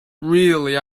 really